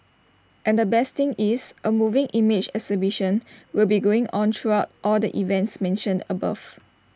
and the best thing is A moving image exhibition will be going on throughout all the events mentioned above